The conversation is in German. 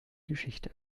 geschichte